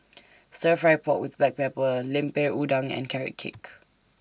Stir Fry Pork with Black Pepper Lemper Udang and Carrot Cake